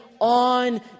on